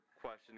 question